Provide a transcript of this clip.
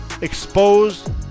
exposed